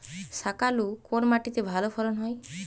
শাকালু কোন মাটিতে ভালো ফলন হয়?